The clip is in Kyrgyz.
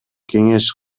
кеңеш